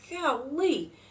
Golly